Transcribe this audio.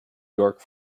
york